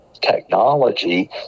technology